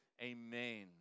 Amen